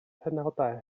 penawdau